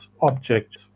object